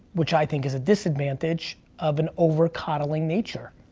which i think is a disadvantage, of an over-coddling nature.